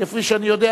כפי שאני יודע,